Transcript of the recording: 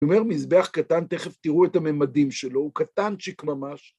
הוא אומר מזבח קטן, תכף תראו את הממדים שלו, הוא קטנצ'יק ממש.